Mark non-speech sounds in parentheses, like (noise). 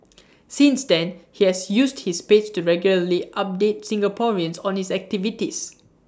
(noise) since then he has used his page to regularly update Singaporeans on his activities